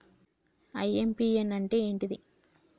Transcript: IMPS అంటే ఏంటిది?